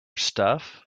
stuff